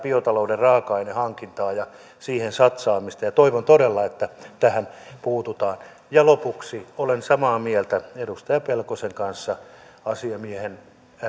biotalouden raaka ainehankintaa ja siihen satsaamista ja toivon todella että tähän puututaan lopuksi olen samaa mieltä edustaja pelkosen kanssa asiamiehen